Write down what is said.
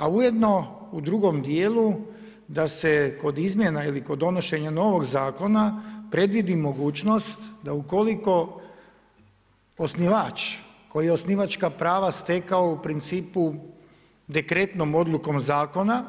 A ujedno u drugom dijelu da se kod izmjena ili kod donošenja novog zakona predvidi mogućnost, da ukoliko osnivač koji je osnivačka prava stekao u principu dekretnom odlukom zakona